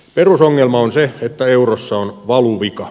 perusongelma on se että eurossa on valuvika